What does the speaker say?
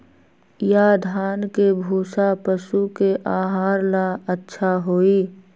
या धान के भूसा पशु के आहार ला अच्छा होई?